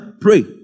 Pray